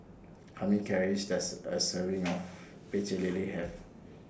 How Many Calories Does A Serving of Pecel Lele Have